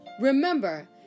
Remember